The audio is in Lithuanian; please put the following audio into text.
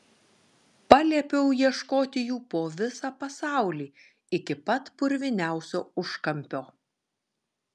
paliepiau ieškoti jų po visą pasaulį iki pat purviniausio užkampio